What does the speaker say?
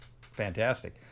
Fantastic